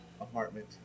apartment